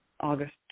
August